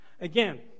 Again